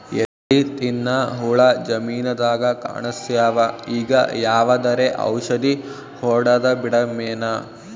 ಎಲಿ ತಿನ್ನ ಹುಳ ಜಮೀನದಾಗ ಕಾಣಸ್ಯಾವ, ಈಗ ಯಾವದರೆ ಔಷಧಿ ಹೋಡದಬಿಡಮೇನ?